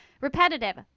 repetitive